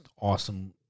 awesome